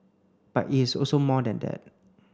but it is also more than that